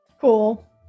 Cool